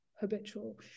habitual